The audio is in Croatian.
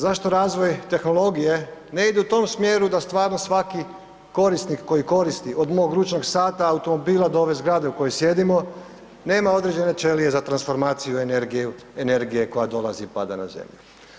Zašto razvoj tehnologije ne ide u tom smjeru da stvarno svaki korisnik koji koristi od mog ručnog sata, automobila do ove zgrade u kojoj sjedimo, nema određene ćelije za transformaciju energije koja dolazi i pada na zemlju.